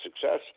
success